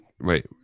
Wait